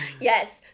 yes